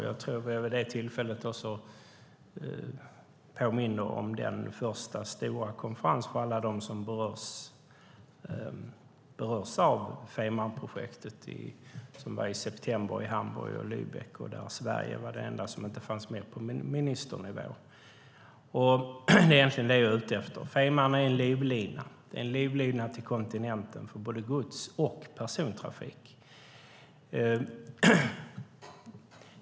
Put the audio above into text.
Jag tror att jag vid det tillfället även påminde om den första stora konferens för alla som berörs av Fehmarnprojektet som var i september i Hamburg och Lübeck. Där var Sverige det enda land som inte fanns med på ministernivå. Det är egentligen det jag är ute efter. Fehmarn är en livlina till kontinenten för både gods och persontrafik.